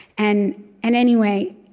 and and anyway,